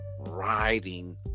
riding